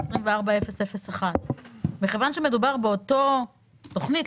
24001. כיוון שמדובר באותה תוכנית,